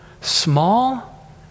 small